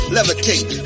Levitate